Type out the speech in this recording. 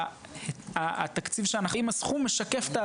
התקציב שאנחנו מעמידים לנושא,